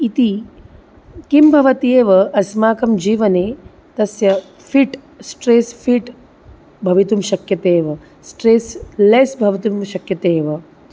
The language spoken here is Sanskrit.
इति किं भवति एव अस्माकं जीवने तस्य फ़िट् स्ट्रेस् फ़िट् भवितुं शक्यते एव स्ट्रेस् लेस् भवितुं शक्यते एव